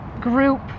group